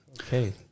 Okay